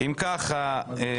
נגד.